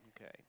Okay